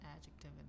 adjective